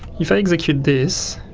if i execute this,